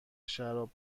شراب